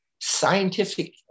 scientific